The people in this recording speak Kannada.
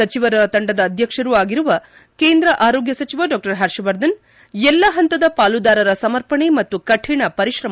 ಸಚಿವರು ತಂಡದ ಅಧ್ಯಕ್ಷರೂ ಆಗಿರುವ ಕೇಂದ್ರ ಆರೋಗ್ಯ ಸಚಿವ ಡಾ ಹರ್ಷವರ್ಧನ್ ಎಲ್ಲ ಹಂತದ ಪಾಲುದಾರರ ಸಮರ್ಪಣೆ ಮತ್ತು ಕಠಿಣ ಪರಿಶ್ರಮವನ್ನು ಶ್ಲಾಘಿಸಿದರು